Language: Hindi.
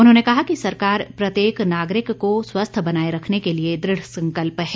उन्होंने कहा कि सरकार प्रत्येक नागरिक को स्वस्थ बनाए रखने के लिए दृढ़ संकल्प है